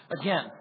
Again